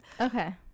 Okay